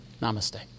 Namaste